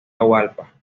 atahualpa